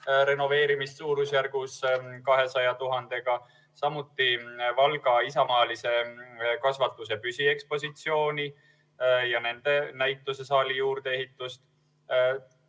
renoveerimist suurusjärgus 200 000 euroga, samuti Valga Isamaalise Kasvatuse Püsiekspositsiooni ja nende näitusesaali juurdeehitust,